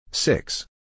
Six